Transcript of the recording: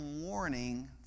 warning